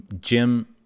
Jim